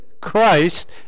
Christ